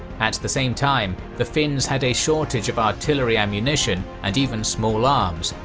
at the same time, the finns had a shortage of artillery ammunition and even small arms,